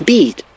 Beat